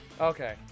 Okay